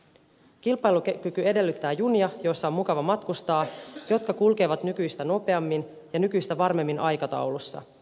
kilpailukyky edellyttää junia joissa on mukava matkustaa ja jotka kulkevat nykyistä nopeammin ja nykyistä varmemmin aikataulussa